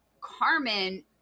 Carmen